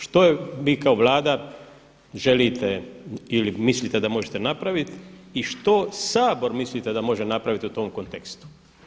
Što vi kao Vlada želite ili mislite da možete napraviti i što Sabor mislite da može napraviti u tom kontekstu?